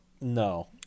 No